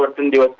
cut in the